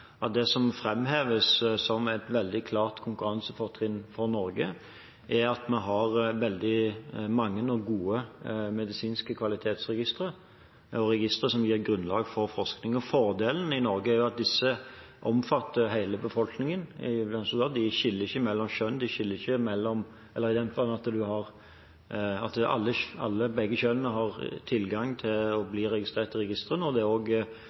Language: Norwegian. at det som framheves som et veldig klart konkurransefortrinn for Norge, er at vi har veldig mange og gode medisinske kvalitetsregistre, og registre som gir grunnlag for forskning. Fordelen i Norge er at disse omfatter hele befolkningen i veldig stor grad. De skiller ikke mellom kjønn, i den forstand at begge kjønn har tilgang til å bli registrert i registrene, og det